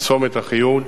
ובצומת אחיהוד,